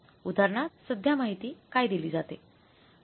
उदाहरणार्थ सद्य माहिती काय दिली जाते